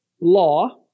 law